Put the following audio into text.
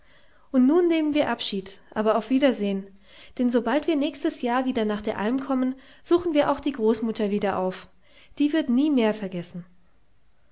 und nun nehmen wir abschied aber auf wiedersehen denn sobald wir nächstes jahr wieder nach der alm kommen suchen wir auch die großmutter wieder auf die wird nie mehr vergessen